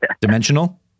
Dimensional